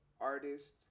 artists